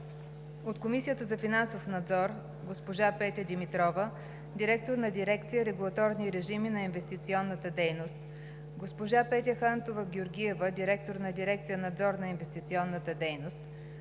от Комисията за финансов надзор: госпожа Петя Димитрова – директор на дирекция „Регулаторни режими на инвестиционната дейност“, госпожа Петя Хантова-Георгиева – директор на дирекция „Надзор на инвестиционната дейност“,